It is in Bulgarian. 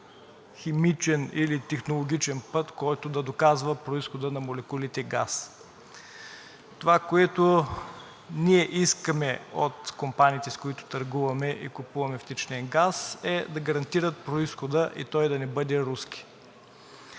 химичен или технологичен път, който да доказва произхода на молекулите газ. Това, което ние искаме от компаниите, с които търгуваме и купуваме втечнен газ, е да гарантират произхода и той да не бъде руски.